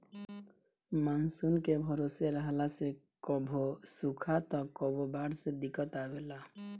monsoon के भरोसे रहला से कभो सुखा त कभो बाढ़ से दिक्कत आवेला